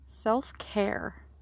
self-care